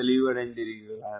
தெளிவடைந்தீர்களா